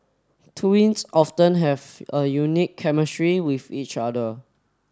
twins often have a unique chemistry with each other